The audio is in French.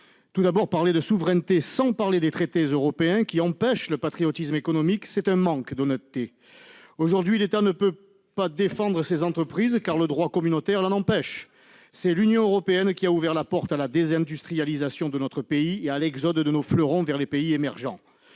Tout d'abord, parler de souveraineté sans parler des traités européens qui empêchent le patriotisme économique, cela manque d'honnêteté. Aujourd'hui, l'État ne peut pas défendre nos entreprises, car le droit communautaire l'en empêche. C'est l'Union européenne qui a ouvert la porte à la désindustrialisation de notre pays et à l'exode de nos fleurons vers les pays émergents.